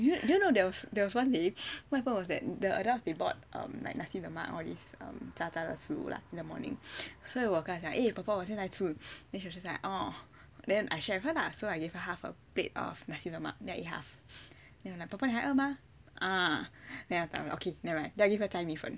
do you you know there was there was one day what I thought was that the adults they bought like nasi lemak all these um 炸炸的食物 lah in the morning 所以我跟她讲 eh 婆婆我现在吃 then she was like orh then I share with her lah so I gave her half a plate of nasi lemak then I ate half then I like 婆婆你还饿吗 ah then I'm like okay nevermind then I give her 仔米粉